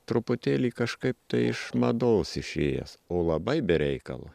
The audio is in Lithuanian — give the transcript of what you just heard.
truputėlį kažkaip tai iš mados išėjęs o labai be reikalo